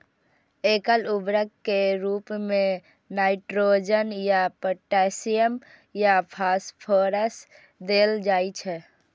एकल उर्वरक के रूप मे नाइट्रोजन या पोटेशियम या फास्फोरस देल जाइ छै